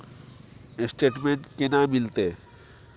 Statement केना मिलते?